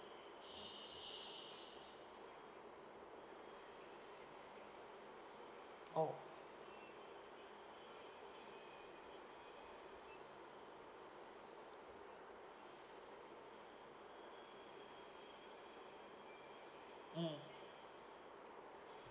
oh mm